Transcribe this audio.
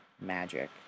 magic